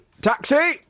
Taxi